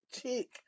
chick